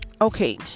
Okay